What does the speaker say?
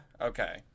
Okay